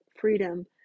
freedom